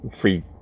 free